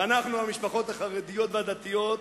ואנחנו, המשפחות החרדיות והדתיות,